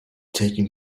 cítím